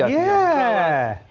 yeah,